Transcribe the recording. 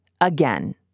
Again